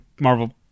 Marvel